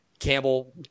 Campbell